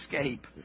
escape